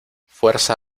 fuerza